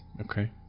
Okay